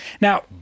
Now